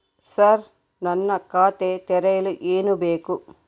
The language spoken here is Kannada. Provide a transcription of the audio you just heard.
ಸರ್ ನಾನು ಖಾತೆ ತೆರೆಯಲು ಏನು ಬೇಕು?